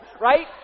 right